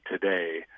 today